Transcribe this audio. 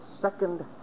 second